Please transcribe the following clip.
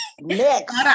next